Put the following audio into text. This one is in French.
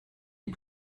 est